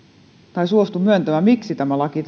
tai suostu myöntämään miksi tämä laki